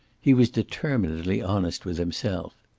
he was determinedly honest with himself.